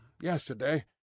yesterday